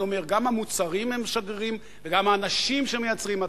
אני אומר שגם המוצרים הם שגרירים וגם האנשים שמייצרים,